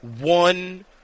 one